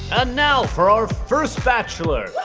and now for our first bachelor.